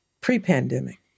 pre-pandemic